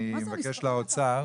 עו"ד